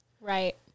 Right